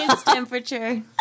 temperature